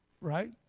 right